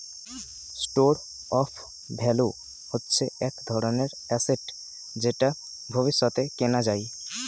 store of value হচ্ছে এক ধরনের অ্যাসেট যেটা ভবিষ্যতে কেনা যায়